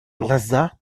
глаза